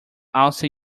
also